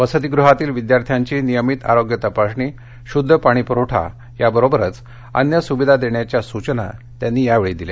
वसतिगृहातील विद्यार्थ्यांची नियमित आरोग्य तपासणी शुद्ध पाणी पुरवठा याबरोबरच अन्य सुविधा देण्याच्या सूचना त्यांनी यावेळी दिल्या